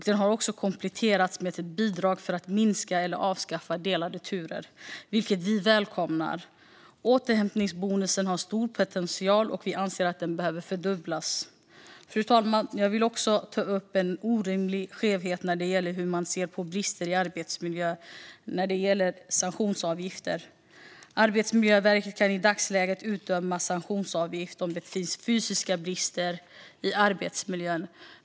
Den har också kompletterats med ett bidrag för att minska eller avskaffa delade turer, vilket vi välkomnar. Återhämtningsbonusen har stor potential, och vi anser att den behöver fördubblas. Fru talman! Jag vill ta upp en orimlig skevhet när det gäller hur man ser på brister i arbetsmiljön. Det gäller sanktionsavgifter. Arbetsmiljöverket kan i dagsläget utdöma sanktionsavgift om det finns fysiska brister i arbetsmiljön.